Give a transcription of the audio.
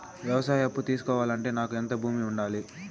వ్యవసాయ అప్పు తీసుకోవాలంటే నాకు ఎంత భూమి ఉండాలి?